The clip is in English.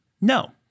No